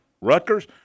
Rutgers